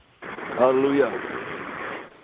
Hallelujah